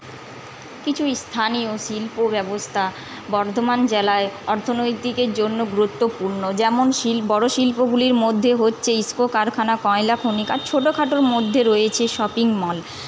কিছু স্থানীয় শিল্প ব্যবস্থা বর্ধমান জেলায় অর্থনৈতিকের জন্য গুরুত্বপূর্ণ যেমন শিল বড়ো শিল্পগুলির মধ্যে হচ্ছে ইসকো কারখানা কয়লাখনি আর ছোটোখাটোর মধ্যে রয়েছে শপিং মল